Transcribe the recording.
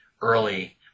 early